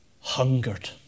hungered